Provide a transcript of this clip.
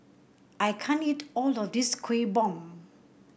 I can't eat all this Kueh Bom